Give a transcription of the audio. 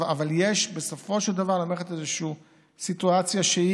אבל יש בסופו של דבר למערכת איזו סיטואציה שבה